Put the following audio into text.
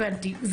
הבנתי.